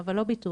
אבל לא ביטוח?